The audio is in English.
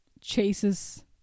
chases